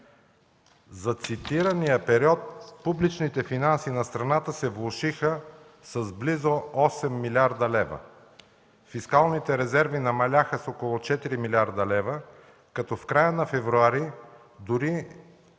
За цитирания период публичните финанси на страната се влошиха с близо 8 млрд. лв. Фискалните резерви намаляха с около 4 млрд. лв., като в края на февруари дори спаднаха